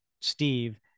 steve